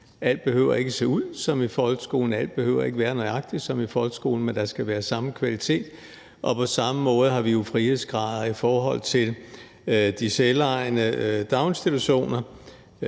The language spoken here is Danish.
Alt behøver ikke ser ud som i folkeskolen, alt behøver ikke at være nøjagtig som i folkeskolen, men der skal være samme kvalitet. På samme måde har vi frihedsgrader i forhold til de selvejende daginstitutioner,